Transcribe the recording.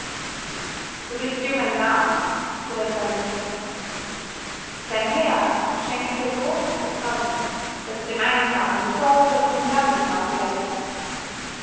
du bist jung an jahren fuhr der fremde fort dein herr schenkt dir großes vertrauen daß er dem einsamen die sorge um die landesmark überläßt